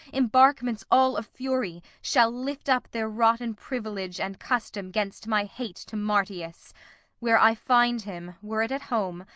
embarquements all of fury, shall lift up their rotten privilege and custom gainst my hate to marcius where i find him, were it at home,